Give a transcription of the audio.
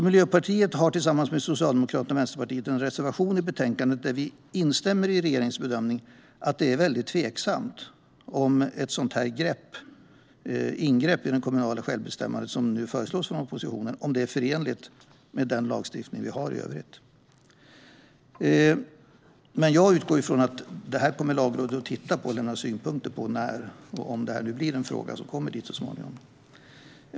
Miljöpartiet har tillsammans med Socialdemokraterna och Vänsterpartiet en reservation i betänkandet där vi instämmer i regeringens bedömning att det är tveksamt om ett sådant ingrepp i det kommunala självbestämmandet som oppositionen nu föreslår är förenligt med den lagstiftning vi har i övrigt. Jag utgår från att Lagrådet kommer att titta på det här och lämna synpunkter när och om det här blir en fråga som så småningom kommer dit.